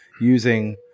using